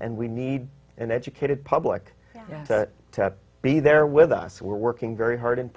and we need an educated public to be there with us we're working very hard in